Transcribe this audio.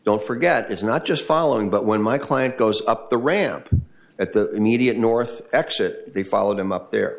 don't forget it's not just following but when my client goes up the ramp at the immediate north exit they followed him up there